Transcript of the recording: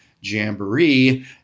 jamboree